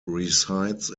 resides